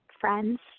friends